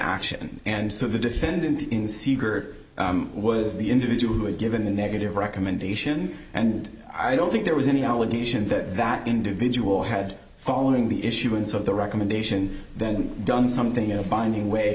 action and so the defendant in seagirt was the individual who had given the negative recommendation and i don't think there was any allegation that that individual had following the issuance of the recommendation then done something in a binding way